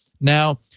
Now